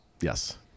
Yes